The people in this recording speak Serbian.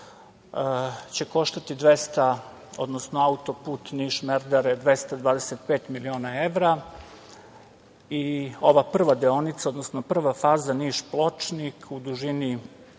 deo. Taj auto-put Niš-Merdare 225 miliona evra, i ova prva deonica, odnosno prva faza Niš-Pločnik u dužini